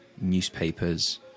newspapers